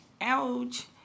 Ouch